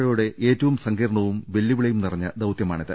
ഒയുടെ ഏറ്റവും സങ്കീർണ്ണവും വെല്ലുവിളിയും നിറഞ്ഞ ദൌത്യമാണിത്